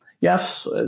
Yes